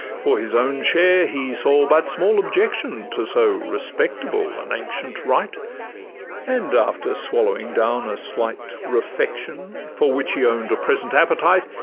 for his own share he saw but small objection to so respectable an ancient rite and, after swallowing down a slight refection, for which he own'd a present appetite,